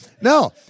no